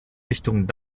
richtung